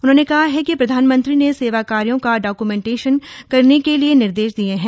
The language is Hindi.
उन्होंने कहा कि प्रधानमंत्री ने सेवा कार्यों का डॉक्यूमेंटेशन करने के निर्देश दिये हैं